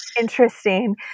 interesting